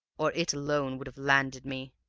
or it alone would have landed me.